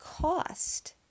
cost